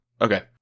Okay